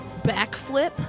backflip